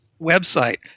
website